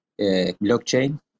blockchain